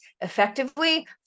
effectively